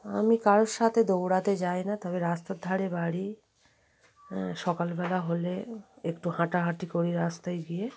আমি কারোর সাথে দৌড়াতে যাই না তবে রাস্তার ধারে বাড়ি হ্যাঁ সকালবেলা হলে একটু হাঁটাহাঁটি করি রাস্তায় গিয়ে